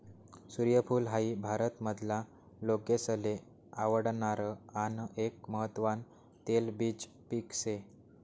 सूर्यफूल हाई भारत मधला लोकेसले आवडणार आन एक महत्वान तेलबिज पिक से